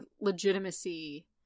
legitimacy